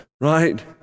Right